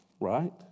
Right